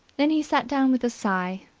then he sat down with a sigh,